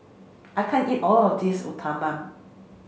I can't eat all of this Uthapam